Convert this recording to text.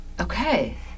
Okay